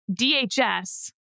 DHS